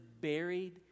buried